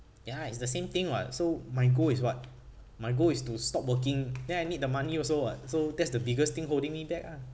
ya it's the same thing [what] so my goal is what my goal is to stop working then I need the money also [what] so that's the biggest thing holding me back ah